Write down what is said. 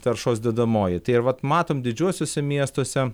taršos dedamoji tai ir vat matom didžiuosiuose miestuose